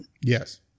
Yes